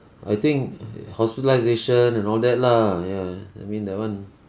I think hospitalisation and all that lah ya I mean that one